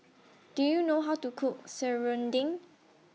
Do YOU know How to Cook Serunding